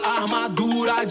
armadura